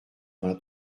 vingt